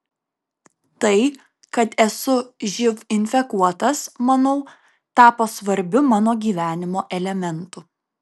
tai kad esu živ infekuotas manau tapo svarbiu mano gyvenimo elementu